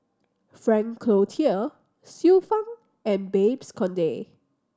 Frank Cloutier Xiu Fang and Babes Conde